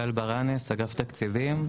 גל ברנס, אגף תקציבים.